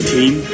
Team